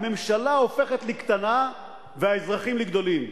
הממשלה הופכת לקטנה והאזרחים לגדולים.